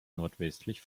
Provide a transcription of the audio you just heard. nordwestlich